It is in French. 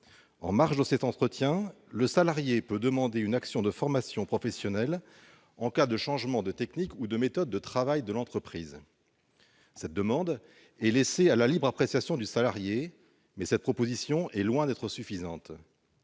En marge de cet entretien, le salarié peut demander une action de formation professionnelle en cas de changement de techniques ou de méthodes de travail de l'entreprise. Cette demande est aujourd'hui laissée à la libre appréciation du salarié ; cette situation est loin d'être satisfaisante.